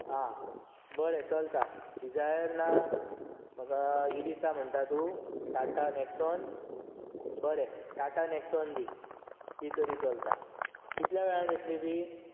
आं बरें चलता डिझायर ना म्हाका ही दिता म्हणटा तूं टाटा नेक्सॉन बरें टाटा नेक्सॉन दी ती तरी चलता कितल्या वेळान येतली ती